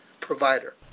provider